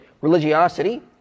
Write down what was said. religiosity